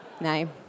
No